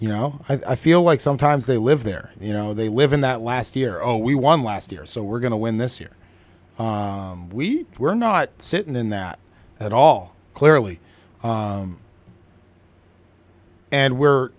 you know i feel like sometimes they live there you know they live in that last year we won last year so we're going to win this year we were not sitting in that at all clearly and we're